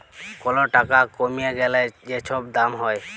call টাকা কইমে গ্যালে যে ছব দাম হ্যয়